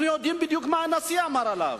אנחנו יודעים בדיוק מה הנשיא אמר עליו.